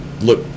look